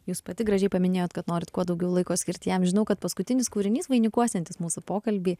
jūs pati gražiai paminėjot kad norit kuo daugiau laiko skirt jam žinau kad paskutinis kūrinys vainikuosiantis mūsų pokalbį